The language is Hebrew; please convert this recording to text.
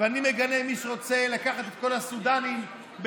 אני מגנה מי שרוצה לקחת את כל הסודנים בדרום